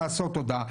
לעשות אותה,